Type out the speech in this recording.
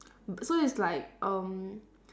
so it's like um